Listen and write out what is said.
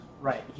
Right